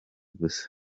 gusa